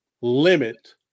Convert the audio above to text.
limit